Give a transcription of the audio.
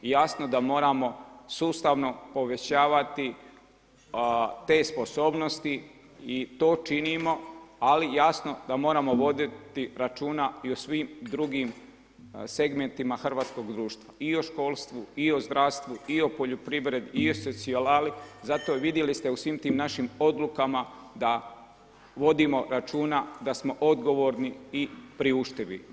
I jasno da moramo sustavno povećavati te sposobnosti i to činimo, ali jasno da moramo voditi računa i o svim drugim segmentima hrvatskog društva i o školstvu, i o zdravstvu i o poljoprivredi i socijali zato ste vidjeli u svim tim našim odlukama da vodimo računa da smo odgovorni i priuštivi.